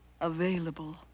available